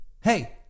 hey